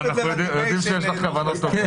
אנחנו יודעים שיש לך כוונות טובות.